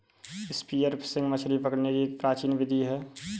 spear fishing मछली पकड़ने की एक प्राचीन विधि है